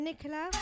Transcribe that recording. Nicola